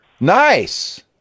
Nice